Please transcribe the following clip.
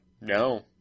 No